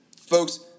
Folks